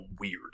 weird